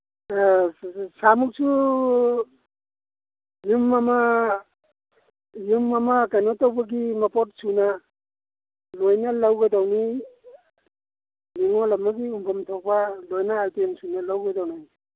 ꯑ ꯁꯥꯃꯨꯛꯁꯨ ꯌꯨꯝ ꯑꯃ ꯌꯨꯝ ꯑꯃ ꯀꯩꯅꯣ ꯇꯧꯕꯒꯤ ꯃꯄꯣꯠ ꯁꯨꯅ ꯂꯣꯏꯅ ꯂꯧꯒꯗꯧꯅꯤ ꯅꯤꯉꯣꯜ ꯑꯃꯒꯤ ꯎꯟꯐꯝ ꯊꯣꯛꯄ ꯂꯣꯏꯅ ꯑꯥꯏꯇꯦꯝꯁꯤꯡꯗꯣ ꯂꯧꯒꯗꯧꯅꯤ